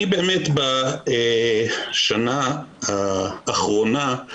באמת בשנה האחרונה,